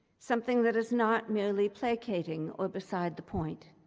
something that is not merely placating or beside the point.